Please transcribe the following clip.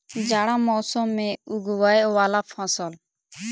जाड़ा मौसम मे उगवय वला फसल?